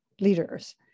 leaders